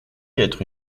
être